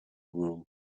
room